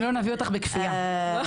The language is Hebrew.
אני שומעת אותך כועסת,